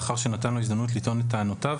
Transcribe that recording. לאחר שנתן לו הזדמנות לטעון את טענותיו,